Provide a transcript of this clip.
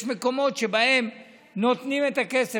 יש מקומות שבהם נותנים את הכסף.